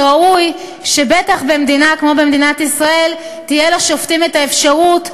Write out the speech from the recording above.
שראוי שבטח במדינה כמו מדינת ישראל תהיה לשופטים האפשרות,